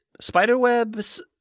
Spiderwebs